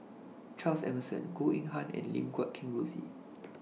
Charles Emmerson Goh Eng Han and Lim Guat Kheng Rosie